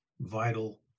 vital